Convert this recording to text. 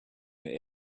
the